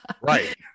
right